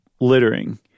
littering